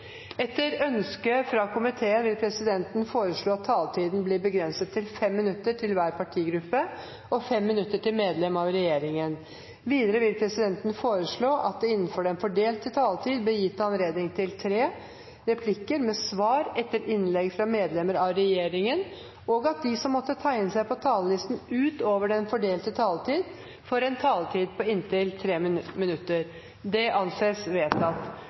Etter ønske fra justiskomiteen vil presidenten foreslå at taletiden blir begrenset til 5 minutter til hver partigruppe og 5 minutter til medlem av regjeringen. Videre vil presidenten foreslå at det innenfor den fordelte taletid blir gitt anledning til tre replikker med svar etter innlegg fra medlem av regjeringen, og at de som måtte tegne seg på talerlisten utover den fordelte taletid, får en taletid på inntil 3 minutter. – Det anses vedtatt.